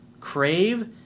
crave